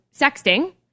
sexting